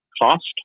Cost